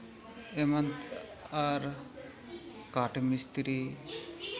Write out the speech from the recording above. ᱮᱢᱟᱱ ᱟᱨ ᱠᱟᱴᱷ ᱢᱤᱥᱛᱨᱤ